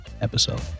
episode